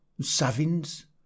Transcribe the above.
Savins